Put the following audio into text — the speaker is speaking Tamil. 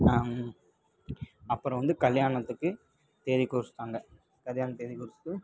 அப்புறம் வந்து கல்யாணத்துக்கு தேதி குறிச்சுட்டாங்க கல்யாணதேதி குறிச்சுட்டு